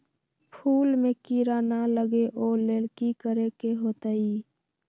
फूल में किरा ना लगे ओ लेल कि करे के होतई?